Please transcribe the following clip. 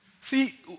See